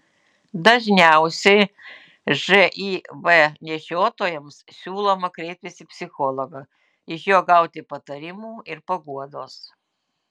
dažniausiai živ nešiotojams siūloma kreiptis į psichologą iš jo gauti patarimų ir paguodos